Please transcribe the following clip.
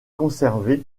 conservé